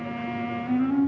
man